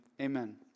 amen